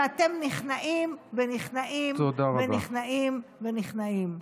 ואתם נכנעים ונכנעים ונכנעים ונכנעים.